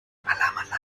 alarmanlage